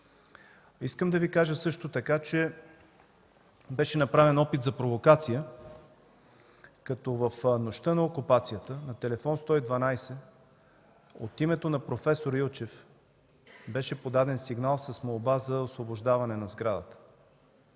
Искам да Ви кажа също така, че беше направен опит за провокация, като в нощта на окупацията на тел. 112 от името на проф. Илчев беше подаден сигнал с молба за освобождаване на сградата.